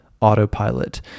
autopilot